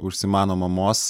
užsimano mamos